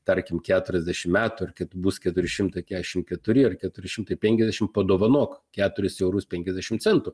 tarkim keturiasdešimt metų ar kad bus keturi šimtai keturiasdešimt keturi ar keturi šimtai penkiasdešimt padovanok keturis eurus penkiasdešimt centų